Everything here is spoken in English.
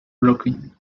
brooklyn